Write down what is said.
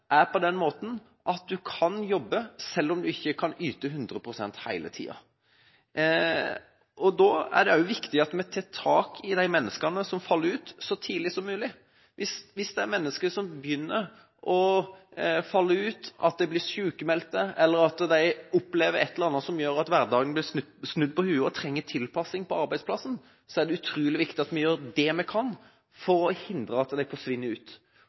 kan man jobbe selv om man ikke kan yte 100 pst. hele tida. Da er det viktig at vi tar tak i de menneskene som faller ut, så tidlig som mulig. Hvis det er mennesker som begynner å falle ut, som blir sykmeldte eller opplever et eller annet som gjør at hverdagen blir snudd på hodet, og trenger tilpasning på arbeidsplassen, er det utrolig viktig at vi gjør det vi kan for å hindre at de forsvinner ut.